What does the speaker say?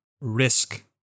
risk